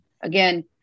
again